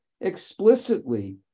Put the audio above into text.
explicitly